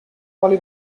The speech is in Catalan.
oli